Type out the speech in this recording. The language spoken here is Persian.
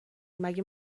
مگه